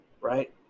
right